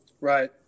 Right